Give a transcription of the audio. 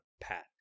pat